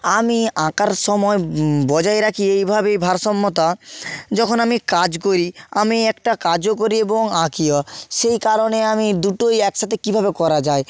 আমি আঁকার সময় বজায় রাখি এইভাবেই ভারসাম্যতা যখন আমি কাজ করি আমি একটা কাজও করি এবং আঁকিও সেই কারণে আমি দুটোই একসাথে কীভাবে করা যায়